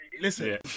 Listen